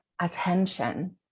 attention